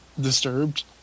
disturbed